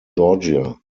georgia